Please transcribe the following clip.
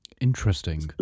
Interesting